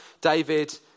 David